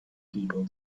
people